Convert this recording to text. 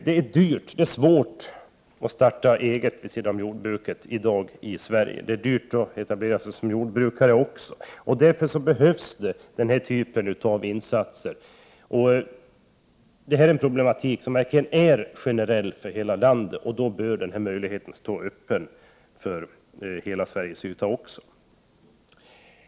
Det är dyrt och svårt att starta eget vid sidan om jordbruket i dag i Sverige. Det är dyrt att etablera sig som jordbrukare också. Därför behövs den här typen av insatser. Det är en problematik som verkligen är generell för hela landet, och då bör också möjligheterna stå öppna för hela Sveriges yta.